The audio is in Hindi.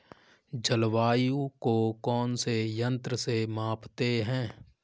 जलवायु को कौन से यंत्र से मापते हैं?